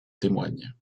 témoigne